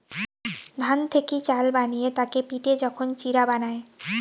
ধান থেকি চাল বানিয়ে তাকে পিটে যখন চিড়া বানায়